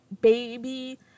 baby